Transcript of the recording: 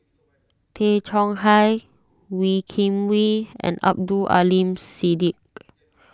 Tay Chong Hai Wee Kim Wee and Abdul Aleem Siddique